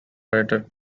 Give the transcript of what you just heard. writer